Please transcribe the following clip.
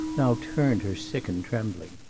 now turned her sick and trembling.